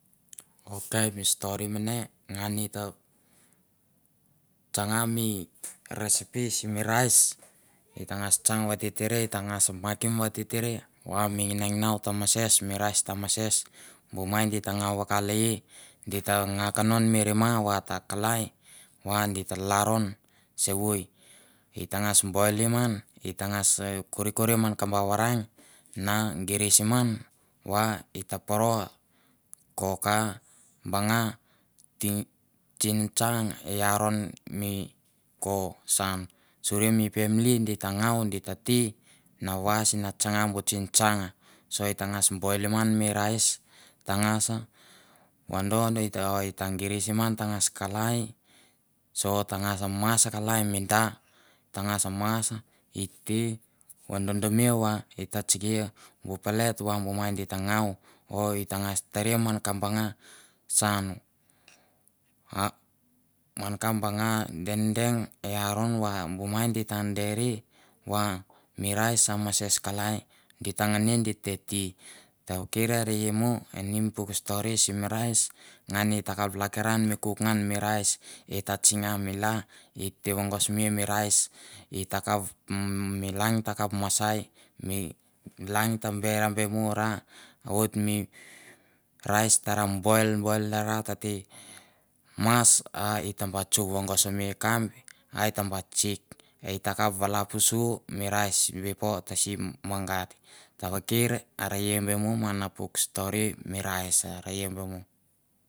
Ok mi stori mane, ngan ita tsanga mi recipe sim rice ita ngas tsang vatitiri ita ngas makim vatitiria va mi nginang inau ta mases mi rice ta mases. bu mai di ta ngau vakala di ta ngaa kanon mi va ta kalai va di ta lalron sevoi i ta ngas boilim ngan, ita poro di ta ngau di ta ti na vais na tsanga bu tsingtsang. so ita ngas boilim ngan mi rice ta ngasa vadon ita girisim ngan ta ngas kalai so nga mas kalaimi da, ta ngas mas ite vadodomia va ita tsikia bu palet va bu mai git ta ngou o ita ngas taria man ka banga sanu a man ka banga de deng i aron va bu mai di ta dere va mi rice a mases kalai di ta ngenia di kap lakiran mi kuk ngan mi rice ita tsinga mi lang, ite vongosme mi rice ita kap mmm mi lang takap masai, mi lang ta bermo ra, oit mi rice tara boil boil ra tete mas a ite ba tsok vongosme i kamlo a it ta ba tsik. E ita kap valapusu mi rice bipo tasi magat, tavakir are i be mo mana puk stori mi rice are be mo.